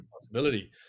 possibility